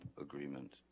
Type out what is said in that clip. agreement